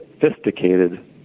sophisticated